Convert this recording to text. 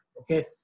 okay